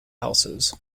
houses